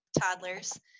toddlers